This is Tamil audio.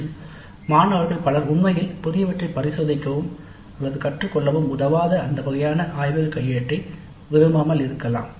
மற்றும் மாணவர்கள் பலர் உண்மையில் புதியவற்றை பரிசோதிக்கவும் அல்லது கற்றுக்கொள்ளவும் உதவாத அந்த வகையான ஆய்வக கையேட்டை விரும்பாமல் இருக்கலாம்